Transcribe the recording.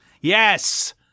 Yes